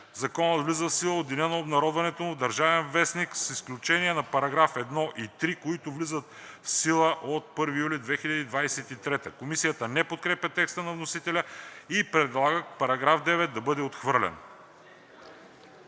„Законът влиза в сила от деня на обнародването му в „Държавен вестник“, с изключение на § 1 и 3, които влизат в сила от 1 юли 2023 г.“ Комисията не подкрепя текста на вносителя и предлага § 9 да бъде отхвърлен.